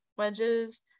wedges